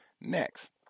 next